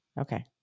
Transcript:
Okay